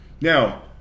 Now